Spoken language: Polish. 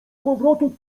powrotu